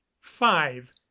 five